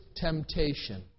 temptation